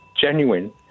genuine